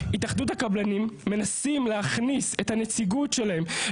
התאחדות הקבלנים מנסים להכניס את הנציגות שלהם,